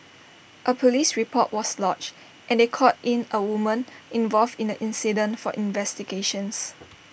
A Police report was lodged and they called in A woman involved in the incident for investigations